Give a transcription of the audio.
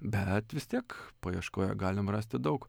bet vis tiek paieškoję galim rasti daug